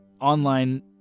online